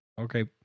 Okay